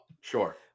Sure